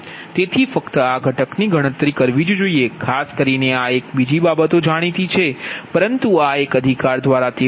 તેથી ફક્ત આ ઘટકની ગણતરી કરવી જ જોઇએ ખાસ કરીને આ એક બીજી બાબતો જાણીતી છે પરંતુ આ એક અધિકાર દ્વારા તે વધ્યો છે